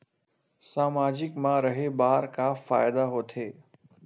सामाजिक मा रहे बार का फ़ायदा होथे?